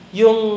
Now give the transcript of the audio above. yung